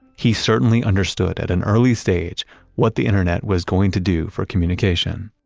he certainly understood at an early stage what the internet was going to do for communication